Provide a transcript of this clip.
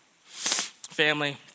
Family